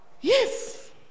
Yes